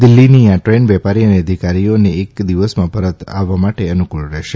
દિલ્હીની આ ટ્રેન વેપારી અને અધિકારીઓને એક દિવસમાં પરત આવવા માટે અનુકળ રહેશે